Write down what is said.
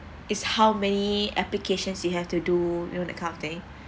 is how many applications you have to do you know that kind of thing